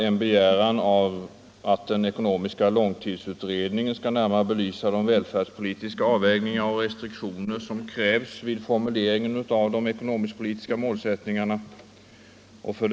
En begäran att den ekonomiska långtidsutredningen skall närmare belysa de välfärdspolitiska avvägningar och restriktioner som krävs vid formuleringen av de ekonomisk-politiska målsättningarna, 3.